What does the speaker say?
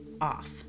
off